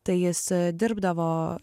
tai jis dirbdavo